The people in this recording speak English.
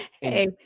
Hey